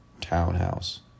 townhouse